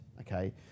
okay